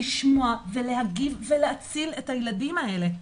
לשמוע ולהגיב ולהציל את הילדים האלה,